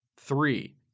Three